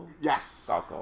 Yes